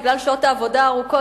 בגלל שעות העבודה הארוכות,